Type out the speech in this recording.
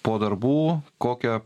po darbų kokią